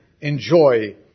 enjoy